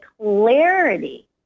clarity